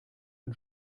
ein